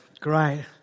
Great